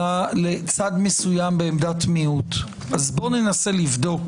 לצד מסוים בעמדת מיעוט אז בוא ננסה לבדוק